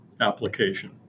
application